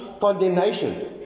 condemnation